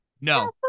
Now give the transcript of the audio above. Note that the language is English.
No